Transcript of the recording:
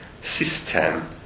system